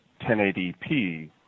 1080p